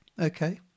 okay